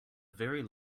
very